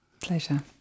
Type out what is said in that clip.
pleasure